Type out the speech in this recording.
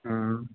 हूं